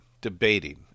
debating